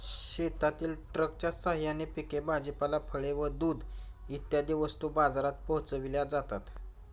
शेतातील ट्रकच्या साहाय्याने पिके, भाजीपाला, फळे व दूध इत्यादी वस्तू बाजारात पोहोचविल्या जातात